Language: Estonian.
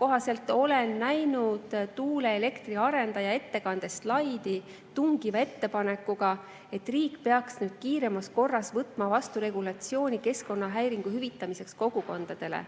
jooksul olen näinud tuuleelektri arendaja ettekandes slaidi tungiva ettepanekuga, et riik peaks nüüd kiiremas korras võtma vastu regulatsiooni keskkonnahäiringu hüvitamiseks kogukondadele.